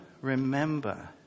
remember